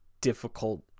difficult